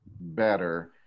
better